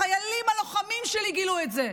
החיילים, הלוחמים שלי גילו את זה,